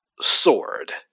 Sword